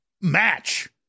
match